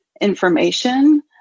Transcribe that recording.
information